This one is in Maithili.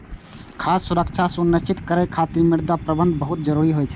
खाद्य सुरक्षा सुनिश्चित करै खातिर मृदा प्रबंधन बहुत जरूरी होइ छै